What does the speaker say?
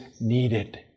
needed